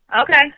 Okay